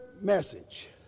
message